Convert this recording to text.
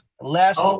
last